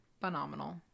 Phenomenal